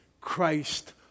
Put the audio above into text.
Christ